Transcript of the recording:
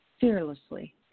Fearlessly